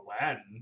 Aladdin